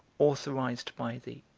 authorized by thee,